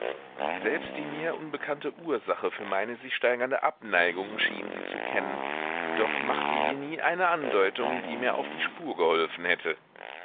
selbst die mir unbekannte ursache für meine sich steigernde abneigung schien sie zu kennen doch machte sie nie eine andeutung die mir auf die spur geholfen hätte